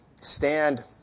stand